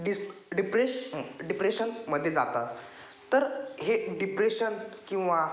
डिस डिप्रेश डिप्रेशनमध्ये जातात तर हे डिप्रेशन किंवा